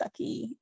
sucky